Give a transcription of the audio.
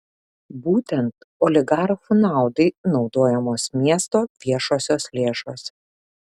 būtent oligarchų naudai naudojamos miesto viešosios lėšos